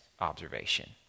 observation